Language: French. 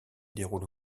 déroule